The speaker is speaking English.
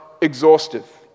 exhaustive